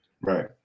Right